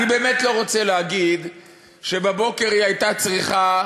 אני באמת לא רוצה להגיד שבבוקר היא הייתה צריכה,